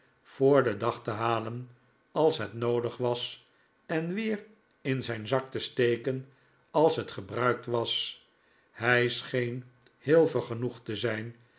voor den dag te halen als het noodig was en weer in zijn zak te steken als het gebruikt was hij scheen heel vergenoegd te zijn